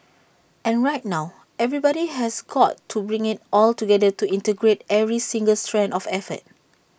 and right now everybody has got to bring IT all together to integrate every single strand of effort